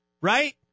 right